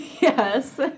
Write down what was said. Yes